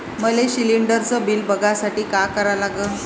मले शिलिंडरचं बिल बघसाठी का करा लागन?